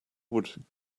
would